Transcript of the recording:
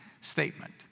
statement